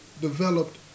developed